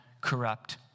corrupt